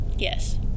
Yes